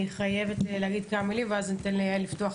אומר כמה מילים ואז אתן ליעל לפתוח.